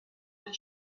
and